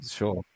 sure